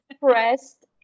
pressed